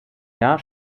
jahr